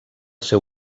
seu